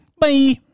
Bye